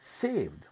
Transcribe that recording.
saved